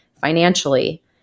financially